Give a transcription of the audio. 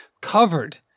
covered